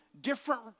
different